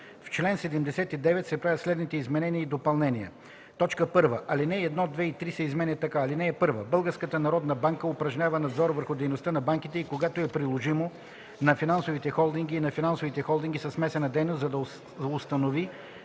В чл. 79 се правят следните изменения и допълнения: 1. Алинеи 1, 2 и 3 се изменят така: „(1) Българската народна банка упражнява надзор върху дейността на банките и, когато е приложимо, на финансовите холдинги и на финансовите холдинги със смесена дейност, за да установи